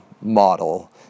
model